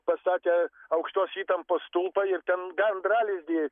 pastatė aukštos įtampos stulpą ir ten gandralizdį